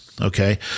Okay